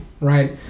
right